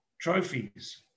trophies